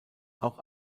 auch